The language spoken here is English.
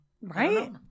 right